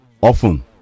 often